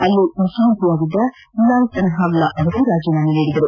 ಅಲ್ಲಿನ ಮುಖ್ಯಮಂತ್ರಿಯಾಗಿದ್ದ ಲಾಲ್ ತನ್ವಾವ್ಲಾ ಅವರು ರಾಜೀನಾಮೆ ನೀಡಿದ್ದಾರೆ